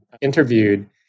interviewed